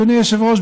אדוני היושב-ראש,